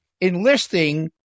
enlisting